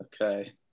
Okay